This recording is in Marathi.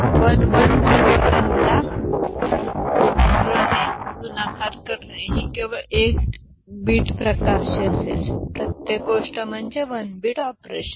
तर 1 1 0 1 ला 0 ने गुणाकार करणे ही केवळ 1 बिट प्रकारची असेल प्रत्येक गोष्ट म्हणजे 1 बिट ऑपरेशन